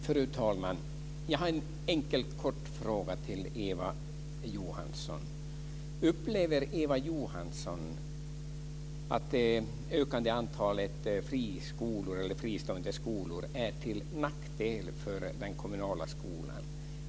Fru talman! Jag har en kort, enkel fråga till Eva Johansson: Upplever Eva Johansson att det ökande antalet fristående skolor är till nackdel för den kommunala skolan?